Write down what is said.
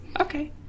Okay